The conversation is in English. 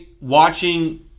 Watching